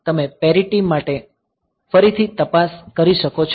તમે પેરિટી માટે ફરીથી તપાસ કરી શકો છો